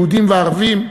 יהודים וערבים,